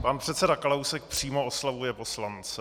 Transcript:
Pan předseda Kalousek přímo oslovuje poslance.